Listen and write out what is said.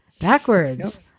Backwards